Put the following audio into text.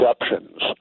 exceptions